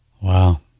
Wow